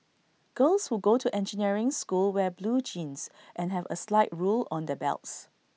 girls who go to engineering school wear blue jeans and have A slide rule on their belts